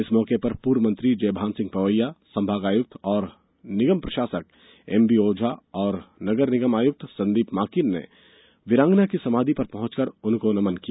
इस मौके पर पूर्व मंत्री जयभान सिंह पवैया संभाग आयुक्त और निगम प्रशासक एमबी ओझा और नगरनिगम आयुक्त संदीप माकिन ने वीरांगना की समाधि पर पहुँचकर उनको नमन किया